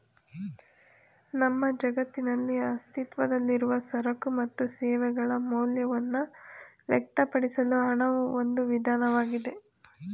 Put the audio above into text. ನಮ್ಮ ಜಗತ್ತಿನಲ್ಲಿ ಅಸ್ತಿತ್ವದಲ್ಲಿರುವ ಸರಕು ಮತ್ತು ಸೇವೆಗಳ ಮೌಲ್ಯವನ್ನ ವ್ಯಕ್ತಪಡಿಸಲು ಹಣವು ಒಂದು ವಿಧಾನವಾಗಿದೆ